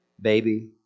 baby